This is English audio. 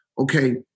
Okay